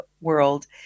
world